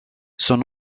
son